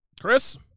Chris